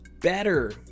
better